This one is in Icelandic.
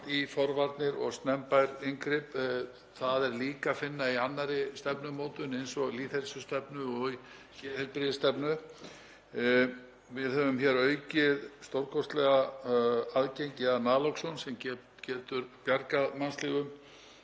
kraft í forvarnir og snemmtæk inngrip. Það er líka að finna í annarri stefnumótun, eins og lýðheilsustefnu og geðheilbrigðisstefnu. Við höfum aukið stórkostlega aðgengi að naloxone sem getur bjargað mannslífum.